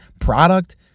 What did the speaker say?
product